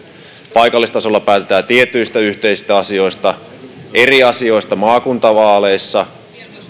paikallistasolla päätetään tietyistä yhteisistä asioista eri asioista maakuntavaaleissa